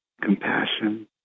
compassion